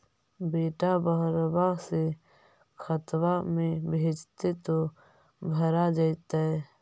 बेटा बहरबा से खतबा में भेजते तो भरा जैतय?